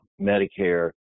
medicare